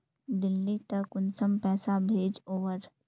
दिल्ली त कुंसम पैसा भेज ओवर?